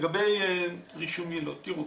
לגבי רישום יילוד, תראו,